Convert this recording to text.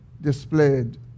displayed